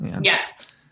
Yes